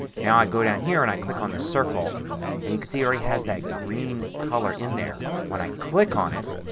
now i go down here and i click on this circle and you can see it already has that green color in there. when i click on it,